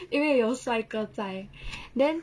因为有帅哥在 then